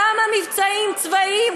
כמה מבצעים צבאיים,